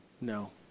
No